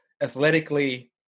athletically